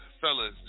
fellas